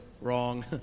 wrong